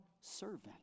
servant